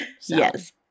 Yes